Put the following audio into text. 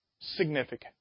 significant